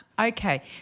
Okay